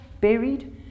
buried